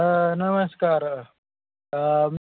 नमस्कार